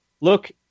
look